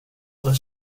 was